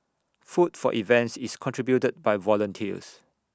food for events is contributed by volunteers